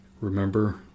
Remember